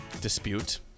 dispute